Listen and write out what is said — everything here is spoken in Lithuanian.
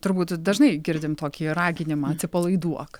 turbūt dažnai girdim tokį raginimą atsipalaiduok